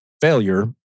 failure